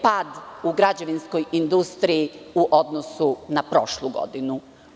Pad u građevinskoj industriji je 40% u odnosu na prošlu godinu.